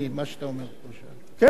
כן, אני זוכר.